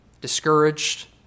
discouraged